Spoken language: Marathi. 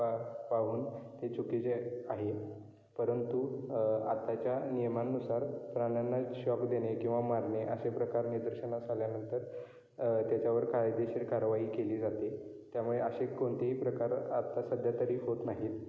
पा पाहून ते चुकीचे आहे परंतु आताच्या नियमांनुसार प्राण्यांना शॉक देणे किंवा मारणे असे प्रकार निदर्शनास आल्यानंतर त्याच्यावर कायदेशीर कारवाई केली जाते त्यामुळे असे कोणतेही प्रकार आता सध्या तरी होत नाहीत